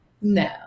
no